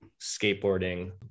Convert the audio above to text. skateboarding